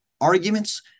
arguments